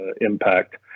impact